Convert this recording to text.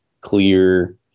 clear